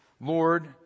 Lord